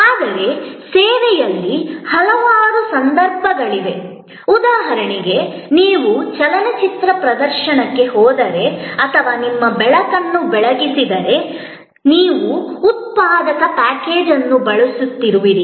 ಆದರೆ ಸೇವೆಯಲ್ಲಿ ಹಲವಾರು ಸಂದರ್ಭಗಳಿವೆ ಉದಾಹರಣೆಗೆ ನೀವು ಚಲನಚಿತ್ರ ಪ್ರದರ್ಶನಕ್ಕೆ ಹೋದರೆ ಅಥವಾ ನಿಮ್ಮ ಬೆಳಕನ್ನು ಬೆಳಗಿಸಿದರೆ ನೀವು ಉತ್ಪಾದಕ ಪ್ಯಾಕೇಜ್ ಅನ್ನು ಬಳಸುತ್ತಿರುವಿರಿ